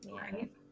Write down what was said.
Right